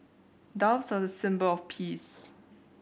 doves are a symbol of peace